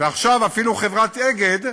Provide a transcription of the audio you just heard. ועכשיו, אפילו חברת "אגד",